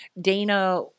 Dana